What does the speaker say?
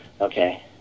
Okay